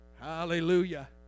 Hallelujah